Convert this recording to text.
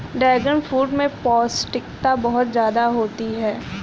dragon fruit में पौष्टिकता बहुत ज्यादा होती है